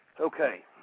Okay